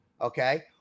Okay